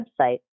website